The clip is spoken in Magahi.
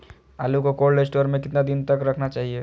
आलू को कोल्ड स्टोर में कितना दिन तक रखना चाहिए?